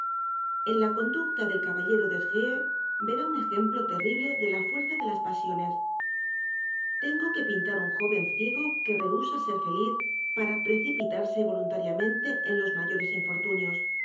en la conducta del caballero des grieux verá un ejemplo terrible de la fuerza de las pa siones tengo que pintar un joven ciego que rehu sa ser feliz para precipitarse voluntariamente en los mayores infortunios